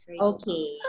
okay